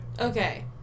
Okay